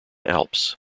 alps